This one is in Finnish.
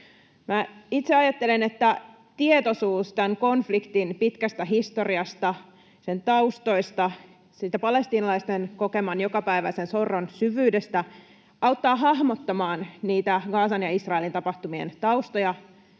itse ajattelen, että tietoisuus tämän konfliktin pitkästä historiasta, sen taustoista, palestiinalaisten kokeman jokapäiväisen sorron syvyydestä, auttaa hahmottamaan Gazan ja Israelin tapahtumien taustoja.